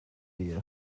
die